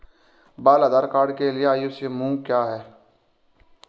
बाल आधार कार्ड के लिए आयु समूह क्या है?